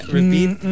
Repeat